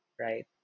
right